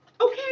okay